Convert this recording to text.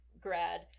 grad